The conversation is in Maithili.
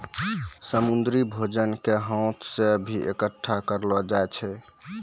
समुन्द्री भोजन के हाथ से भी इकट्ठा करलो जाय छै